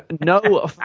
no